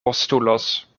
postulos